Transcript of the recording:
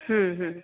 ಹ್ಞೂ ಹ್ಞೂ